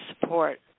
support